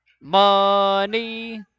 money